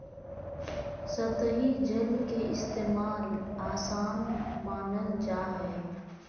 सतही जल के इस्तेमाल, आसान मानल जा हय